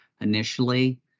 Initially